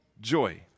joy